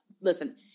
Listen